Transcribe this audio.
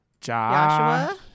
Joshua